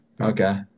Okay